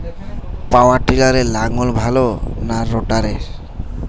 পাওয়ার টিলারে লাঙ্গল ভালো না রোটারের?